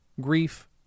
Grief